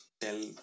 tell